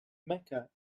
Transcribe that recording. mecca